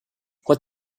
what